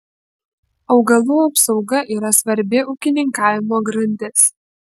augalų apsauga yra svarbi ūkininkavimo grandis